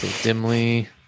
Dimly